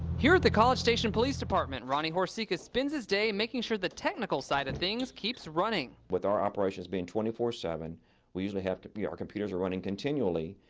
here at the college station police department ronnie horcica spends his day making sure the technical side of things keeps running. with our operations being twenty four seven we usually have, yeah our computers are running continually.